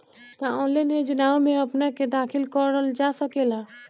का ऑनलाइन योजनाओ में अपना के दाखिल करल जा सकेला?